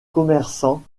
commerçant